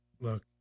Look